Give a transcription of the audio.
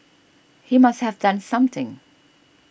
he must have done something